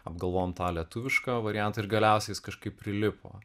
apgalvojom tą lietuvišką variantą ir galiausiai jis kažkaip prilipo